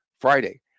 Friday